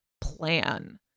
plan